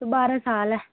बारां साल ऐ